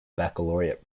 baccalaureate